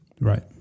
Right